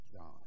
John